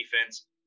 defense